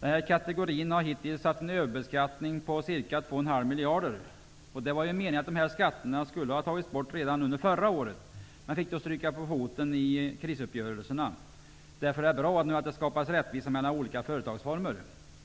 Denna kategori har hittills haft en överbeskattning på ca 2,5 miljarder kronor. Det var ju meningen att dessa skatter skulle ha tagits bort redan under förra året, men de fick då stryka på foten i krisuppgörelserna. Därför är det nu bra att det skapas rättvisa mellan olika företagsformer.